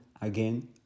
again